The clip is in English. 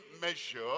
measure